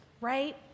right